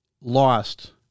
lost